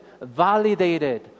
validated